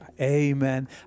Amen